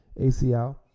ACL